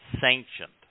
sanctioned